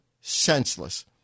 senseless